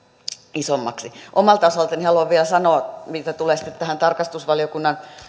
isommaksi omalta osaltani haluan vielä sanoa mitä tulee tähän tarkastusvaliokunnan